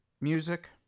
music